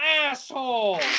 ASSHOLE